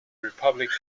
republic